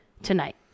Tonight